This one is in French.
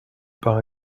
par